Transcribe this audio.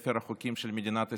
לספר החוקים של מדינת ישראל.